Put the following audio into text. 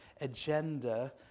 agenda